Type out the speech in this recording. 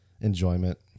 enjoyment